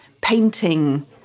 painting